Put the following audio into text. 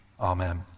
Amen